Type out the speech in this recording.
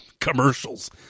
commercials